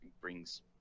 brings